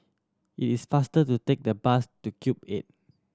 it is faster to take the bus to Cube Eight